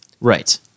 Right